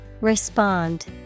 Respond